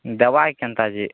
ଦେବା କେନ୍ତା ଯେ